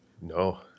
No